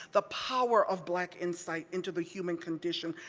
the power of black insight into the human condition,